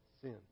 sin